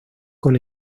con